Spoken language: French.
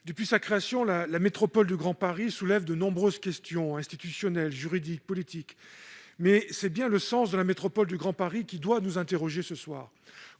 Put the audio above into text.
depuis sa création, la métropole du Grand Paris soulève de nombreuses questions institutionnelles, juridiques et politiques, mais c'est bien le sens de la métropole du Grand Paris qui doit nous interroger ce soir.